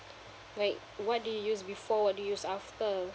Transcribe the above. like what do you use before what to use after